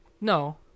No